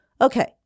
Okay